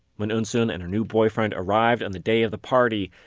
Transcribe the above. when eunsoon and her new boyfriend arrived on the day of the party,